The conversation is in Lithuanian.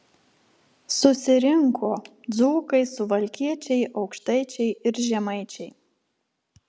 susirinko dzūkai suvalkiečiai aukštaičiai ir žemaičiai